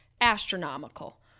astronomical